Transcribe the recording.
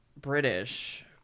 British